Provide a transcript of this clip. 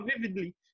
vividly